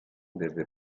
desde